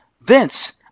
Vince